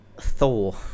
Thor